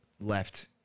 left